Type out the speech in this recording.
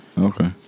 Okay